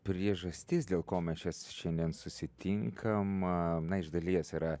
priežastis dėl ko mes čias šiandien susitinkam a iš dalies yra